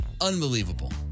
Unbelievable